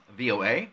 VOA